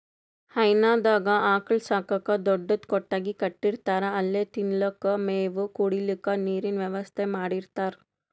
ಹೈನಾದಾಗ್ ಆಕಳ್ ಸಾಕಕ್ಕ್ ದೊಡ್ಡದ್ ಕೊಟ್ಟಗಿ ಕಟ್ಟಿರ್ತಾರ್ ಅಲ್ಲೆ ತಿನಲಕ್ಕ್ ಮೇವ್, ಕುಡ್ಲಿಕ್ಕ್ ನೀರಿನ್ ವ್ಯವಸ್ಥಾ ಮಾಡಿರ್ತಾರ್